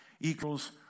equals